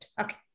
Okay